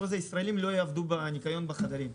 הזה ישראלים לא יעבדו בניקיון בחדרים.